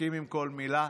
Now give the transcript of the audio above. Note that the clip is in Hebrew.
מסכים עם כל מילה.